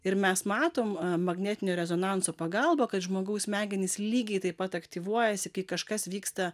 ir mes matom magnetinio rezonanso pagalba kad žmogaus smegenys lygiai taip pat aktyvuojasi kai kažkas vyksta